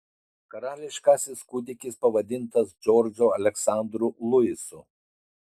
karališkasis kūdikis pavadintas džordžu aleksandru luisu